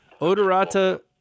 Odorata